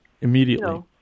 immediately